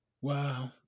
Wow